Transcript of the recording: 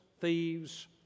thieves